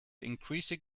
increasing